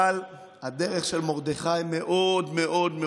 אבל הדרך של מרדכי ברורה מאוד מאוד,